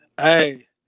Hey